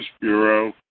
bureau